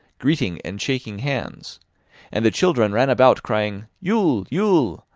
greeting and shaking hands and the children ran about crying, ule! ule!